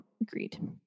Agreed